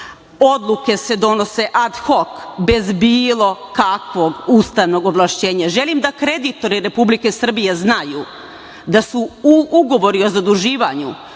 odluke se donose ad hok, bez bilo kakvog ustavnog ovlašćenja. Želim da kreditori Republike Srbije znaju da su ugovori o zaduživanju